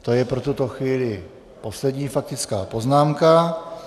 To je pro tuto chvíli poslední faktická poznámka.